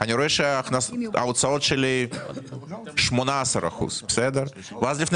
אני רואה שההוצאות שלי 18% ואז לפני